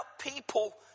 people